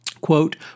quote